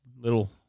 little